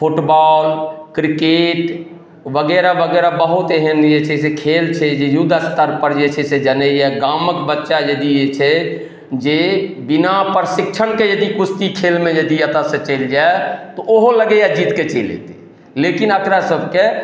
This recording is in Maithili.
फुटबॉल क्रिकेट वगैरह वगैरह बहुत एहन जे छै से खेल छै जे युद्ध स्तरपर जे छै से जानइए गामक बच्चा यदि जे छै जे बिना प्रशिक्षणके यदि कुश्ती खेलमे यदि एतऽसँ चलि जाइ तऽ ओहो लगइए जीतके चलि एतय लेकिन अकरा सबके